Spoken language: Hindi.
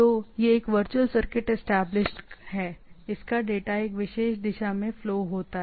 तो यह एक वर्चुअल सर्किट इस्टैबलिश्ड है इसका डेटा इस विशेष दिशा में फ्लो होता है